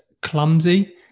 clumsy